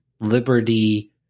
Liberty